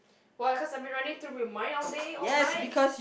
why cause I've been running through your mind all day all night